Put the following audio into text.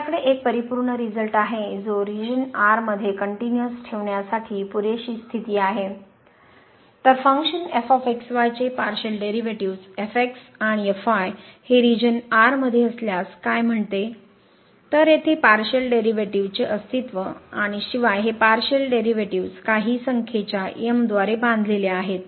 आपल्याकडे एक परिपूर्ण रिझल्ट आहे जो रिजन मध्ये कनटयूनीअस ठेवण्यासाठी पुरेशी स्थिती आहे तर फंक्शन चे पारशिअल डेरिव्हेटिव्ह्ज आणि हे रिजन R मध्ये असल्यास काय म्हणते तर येथे पारशिअल डेरिव्हेटिव्ह्जचे अस्तित्व आणि शिवाय हे पारशिअल डेरिव्हेटिव्ह्ज काही संख्येच्या द्वारे बांधलेले आहेत